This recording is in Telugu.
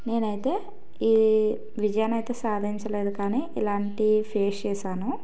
నేనైతే ఈ విజయాన్ని అయితే సాధించలేదు కానీ ఇలాంటి ఫేస్ చేశాను